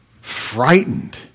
frightened